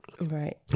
Right